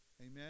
Amen